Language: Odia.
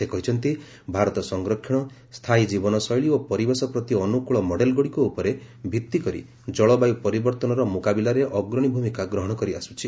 ସେ କହିଛନ୍ତି ଭାରତ ସଂରକ୍ଷଣ ସ୍ଥାୟୀ ଜୀବନଶୈଳୀ ଓ ପରିବେଶ ପ୍ରତି ଅନୁକୂଳ ମଡେଲଗୁଡ଼ିକ ଉପରେ ଭିତ୍ତିକରି ଜଳବାୟୁ ପରିବର୍ତ୍ତନର ମୁକାବିଲାରେ ଅଗ୍ରଣୀ ଭୂମିକା ଗ୍ରହଣ କରିଆସୁଛି